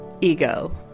ego